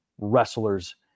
wrestlers